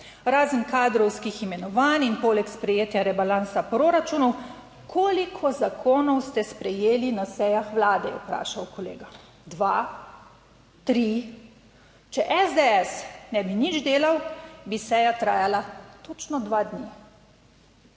Razen kadrovskih imenovanj in poleg sprejetja rebalansa proračunov, koliko zakonov ste sprejeli na sejah Vlade?", je vprašal kolega. "Dva, tri? Če SDS ne bi nič delal, bi seja trajala točno dva dni."